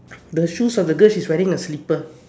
the shoes of the girl she's wearing a slipper